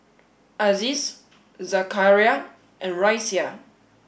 Aziz Zakaria and Raisya